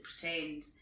pretend